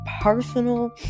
personal